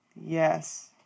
Yes